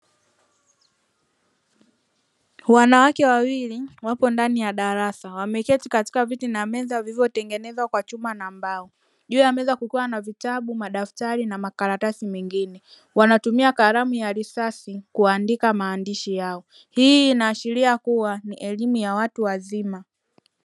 Wanawake wawili wapo ndani ya darasa wameketi katika viti na meza vilivyotengenezwa kwa chuma na mbao. Juu ya meza kukiwa na: vitabu, madaftari na makaratasi mengine; wanatumia kalamu ya risasi kuandika maandishi yao. Hii inaashiria kuwa ni elimu ya watu wazima.